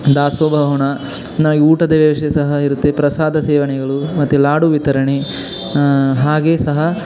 ದಾಸೋಹ ಭವನ ನ ಊಟದ ವ್ಯವಸ್ಥೆ ಸಹ ಇರುತ್ತೆ ಪ್ರಸಾದ ಸೇವನೆಗಳು ಮತ್ತು ಲಾಡು ವಿತರಣೆ ಹಾಗೆ ಸಹ